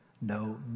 No